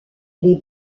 les